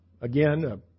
Again